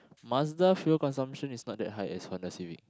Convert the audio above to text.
Mazda fuel consumption is not that high as Honda-Civic